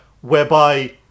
whereby